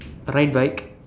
ride bike